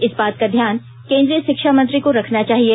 इस बात का ध्यान केंद्रीय शिक्षा मंत्री को रखना चाहिए